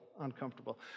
uncomfortable